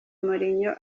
mourinho